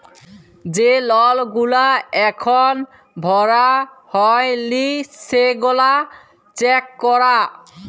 যে লল গুলা এখল ভরা হ্যয় লি সেগলা চ্যাক করা